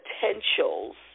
potentials